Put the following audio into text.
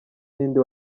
ninde